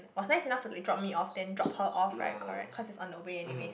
was nice enough to drop me off then drop her off right correct cause it's on the way anyways